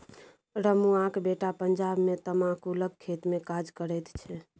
रमुआक बेटा पंजाब मे तमाकुलक खेतमे काज करैत छै